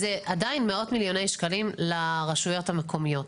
זה עדיין מאות מיליוני שקלים לרשויות המקומיות.